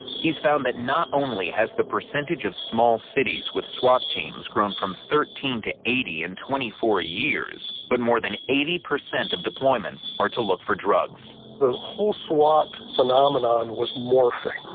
he's found that not only has the percentage of small cities with swat teams grown from thirteen to eighty in twenty four years, but more than eighty percent of deployments are to look for drugs. the whole swat phenomenon was morphing.